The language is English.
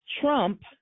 Trump